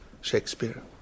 Shakespeare